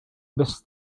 miss